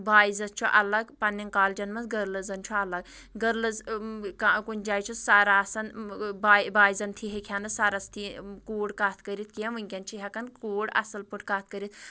بایزَن چھُ اَلگ پَنٕنہِ کالجَن منٛز گٔرلٔزَن چھُ اَلگ گٔرلٔز کُنہِ جایہِ چھُ سَر آسان بایزَن تھی ہٮ۪کہِ ہا نہٕ سَرَس تھی کوٗر کَتھ کٔرِتھ کیٚنٛہہ ؤنکٮ۪ن چھِ ہٮ۪کان کوٗر اَصٕل پٲٹھۍ کَتھ کٔرِتھ